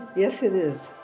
yes it is.